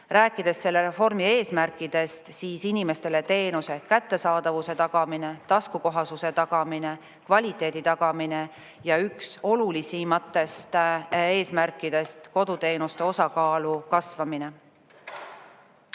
rääkida selle reformi eesmärkidest, siis need on inimestele teenuse kättesaadavuse tagamine, taskukohasuse tagamine, kvaliteedi tagamine ja üks olulisimaid eesmärke on koduteenuste osakaalu kasvamine.